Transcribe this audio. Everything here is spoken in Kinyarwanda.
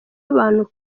abantu